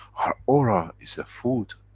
our aura is a food,